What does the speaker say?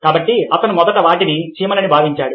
కాబట్టి అతను మొదట వాటిని చీమలని భావించాడు